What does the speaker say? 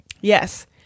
Yes